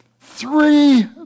three